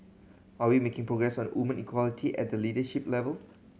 are we making progress on woman equality at the leadership level